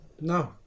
No